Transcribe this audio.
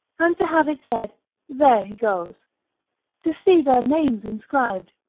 and to have it said there he goes to see their names inscribed,